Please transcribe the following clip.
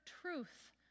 truth